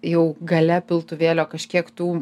jau gale piltuvėlio kažkiek tų